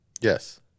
Yes